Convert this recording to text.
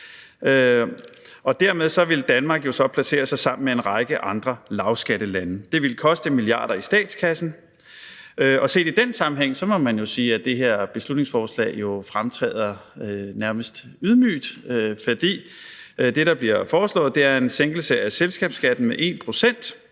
og dermed ville Danmark jo så placere sig sammen med en række lavskattelande. Det ville koste milliarder af kroner fra statskassen. Og set i den sammenhæng må man jo sige, at det her beslutningsforslag fremtræder nærmest ydmygt, fordi det, der bliver foreslået, er en sænkelse af selskabsskatten med 1